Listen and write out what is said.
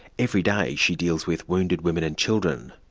every day she deals with wounded women and children,